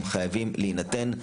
הם חייבים להינתן.